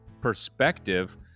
perspective